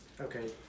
okay